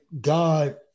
God